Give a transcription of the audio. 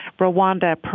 Rwanda